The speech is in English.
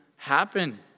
happen